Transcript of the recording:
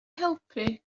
helpu